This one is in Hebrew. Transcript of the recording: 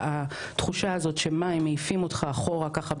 והתחושה הזאת שמים מעיפים אותך אחורה ככה,